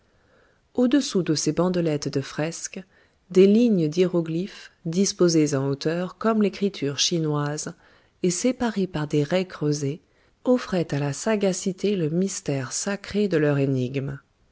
au-dessous de ces bandelettes de fresques des lignes d'hiéroglyphes disposées en hauteur comme l'écriture chinoise et séparées par des raies creusées offraient à la sagacité le mystère sacré de leur énigme